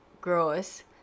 gross